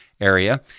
area